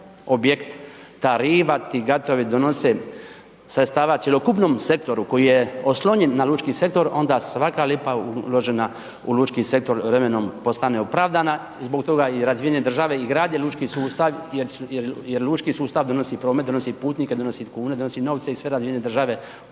objekt, ta riva, ti gatovi donose sredstava cjelokupnom sektoru koji je oslonjen na lučki sektor, onda svaka lipa uložena u lučki sektor vremenom postane opravdana i zbog toga i razvijene države i gradi lučki sustav jer lučki sustav donosi promet, donosi putnike, donosi kune, donosi novce i sve razvijene države ogromne